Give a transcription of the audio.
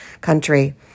country